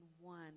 one